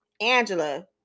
Angela